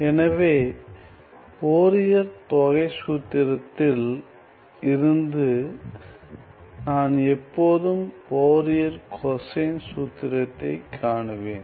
எனவே ஃபோரியர் தொகை சூத்திரத்தில் இருந்து நான் எப்போதும் ஃபோரியர் கொசைன் சூத்திரத்தை காணுவேன்